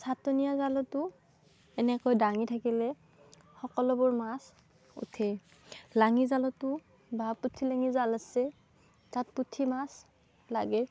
চাটনিয়া জালতো এনেকৈ দাঙি থাকিলে সকলোবোৰ মাছ উঠে লাঙি জালতো বা পুঠিলাঙি জাল আছে তাত পুঠি মাছ লাগে